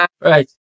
Right